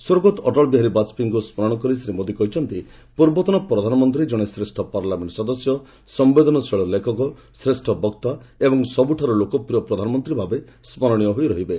ସ୍ୱର୍ଗତ ଅଟଳ ବିହାରୀ ବାଜପେୟୀଙ୍କୁ ସ୍କରଣ କରି ଶ୍ରୀ ମୋଦି କହିଛନ୍ତି ପୂର୍ବତନ ପ୍ରଧାନମନ୍ତ୍ରୀ ଜଣେ ଗ୍ରେଷ୍ଠ ପାର୍ଲାମେଣ୍ଟ ସଦସ୍ୟ ସମ୍ପେଦନଶୀଳ ଲେଖକ ଶ୍ରେଷ୍ଠ ବକ୍ତା ଏବଂ ସବୁଠାରୁ ଲୋକପ୍ରିୟ ପ୍ରଧାନମନ୍ତ୍ରୀ ଭାବେ ସ୍କରଣୀୟ ହୋଇ ରହିବେ